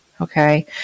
Okay